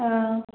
ꯑꯥ